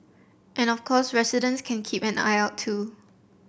and of course residents can keep an eye out too